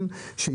הנחה שהיא